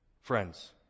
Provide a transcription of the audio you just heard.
Friends